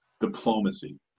diplomacy